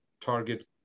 target